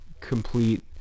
complete